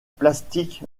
plastique